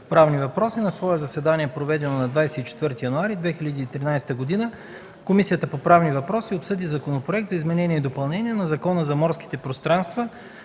правни въпроси: „На свое заседание, проведено на 24 януари 2013 г., Комисията по правни въпроси обсъди Законопроект за изменение и допълнение на Закона за морските пространства,